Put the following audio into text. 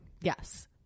Yes